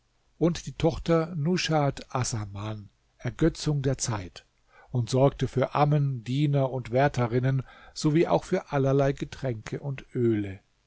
und die tochter nushat assaman ergötzung der zeit und sorgte für ammen diener und wärterinnen sowie auch für allerlei getränke und öle